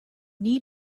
need